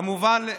כמובן,